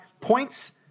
points